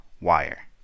Wire